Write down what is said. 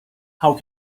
how